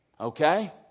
Okay